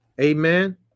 amen